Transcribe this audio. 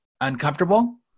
uncomfortable